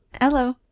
Hello